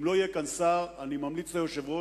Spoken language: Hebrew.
אם לא יהיה כאן שר, אני ממליץ ליושב-ראש